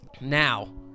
now